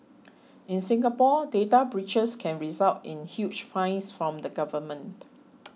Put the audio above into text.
in Singapore data breaches can result in huge fines from the government